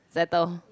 settle